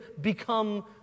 become